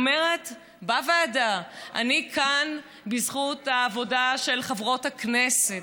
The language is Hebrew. אני כאן בזכות העבודה של חברות הכנסת,